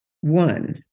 One